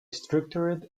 structure